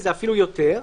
וזה אפילו יותר.